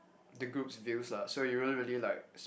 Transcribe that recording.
the groups views lah so you won't really like